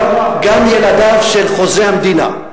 גם ילדיו של חוזה המדינה,